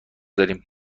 داریم